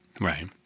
Right